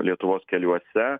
lietuvos keliuose